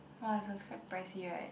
!wah! it's like quite pricey right